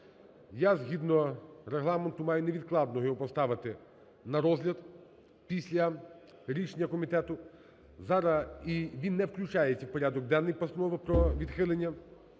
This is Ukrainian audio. Я згідно Регламенту маю невідкладно його поставити на розгляд після рішення комітету, і він не включається в порядок денний, постанова про відхилення.